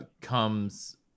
comes